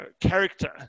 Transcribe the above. character